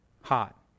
hot